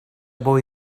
boy